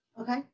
Okay